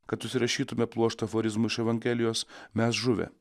kad užsirašytume pluoštą aforizmų iš evangelijos mes žuvę